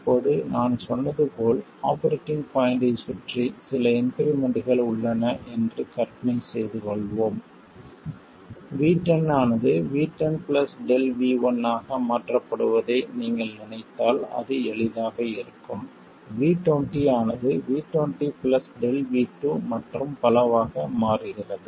இப்போது நான் சொன்னது போல் ஆபரேட்டிங் பாய்ண்ட்டைச் சுற்றி சில இன்க்ரிமெண்ட்கள் உள்ளன என்று கற்பனை செய்து கொள்வோம் V10 ஆனது V10 ΔV1 ஆக மாற்றப்படுவதை நீங்கள் நினைத்தால் அது எளிதாக இருக்கும் V20 ஆனது V20 ΔV2 மற்றும் பலவாக மாறுகிறது